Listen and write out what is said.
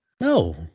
No